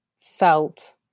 felt